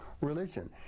religion